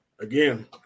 again